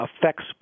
affects